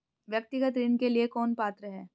व्यक्तिगत ऋण के लिए कौन पात्र है?